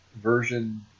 version